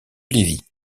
lévy